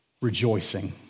rejoicing